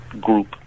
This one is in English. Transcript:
group